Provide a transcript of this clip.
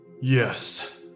yes